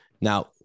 Now